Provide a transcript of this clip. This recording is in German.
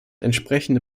entsprechende